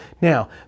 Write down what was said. now